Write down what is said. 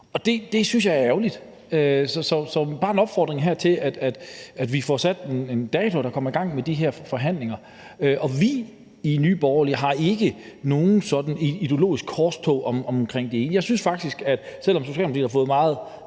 Det synes jeg er ærgerligt. Så bare en opfordring her til, at vi får sat en dato, og til at der kommer gang i de her forhandlinger Vi i Nye Borgerlige har ikke noget sådan ideologiske korstog omkring det. Jeg synes faktisk, at det, selv om Socialdemokratiet har fået meget